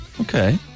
Okay